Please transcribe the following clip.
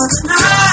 tonight